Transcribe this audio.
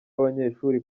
abanyeshuri